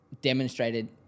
demonstrated